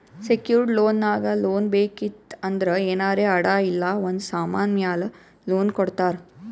secured loan ನಾಗ್ loan ಬೇಕಿತ್ತು ಅಂದ್ರ ಏನಾರೇ ಅಡಾ ಇಲ್ಲ ಒಂದ್ ಸಮಾನ್ ಮ್ಯಾಲ ಲೋನ್ ಕೊಡ್ತಾರ್